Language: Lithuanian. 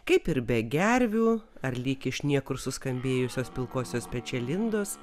kaip ir be gervių ar lyg iš niekur suskambėjusios pilkosios pečialindos